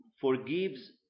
forgives